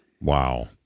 Wow